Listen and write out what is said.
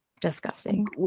disgusting